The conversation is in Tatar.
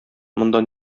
монда